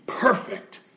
perfect